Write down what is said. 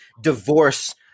divorce